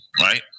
right